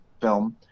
film